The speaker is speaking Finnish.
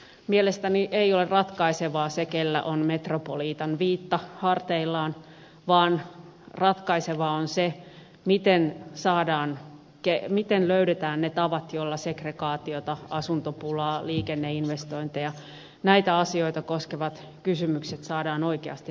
mielestäni ei ole ratkaisevaa se kenellä on metropoliitan viitta harteillaan vaan ratkaisevaa on se miten löydetään ne tavat joilla segregaatiota asuntopulaa liikenneinvestointeja näitä asioita koskevat kysymykset saadaan oikeasti ratkaistua